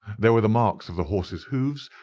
there were the marks of the horse's hoofs,